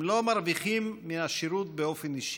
הם לא מרוויחים מהשירות באופן אישי.